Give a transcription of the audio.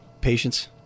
Patience